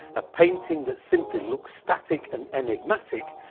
a painting that simply looks static and enigmatic,